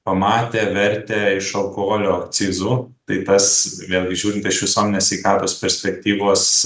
pamatę vertę iš alkoholio akcizų tai tas vėlgi žiūrint iš visuomenės sveikatos perspektyvos